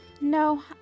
No